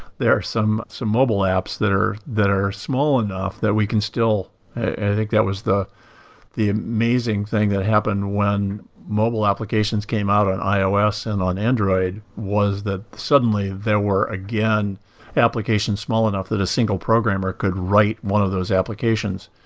there are some some mobile apps that are that are small enough that we can still i think that was the the amazing thing that happened when mobile applications came out on ios and on android was that suddenly, there were again applications small enough that a single programmer could write one of those applications.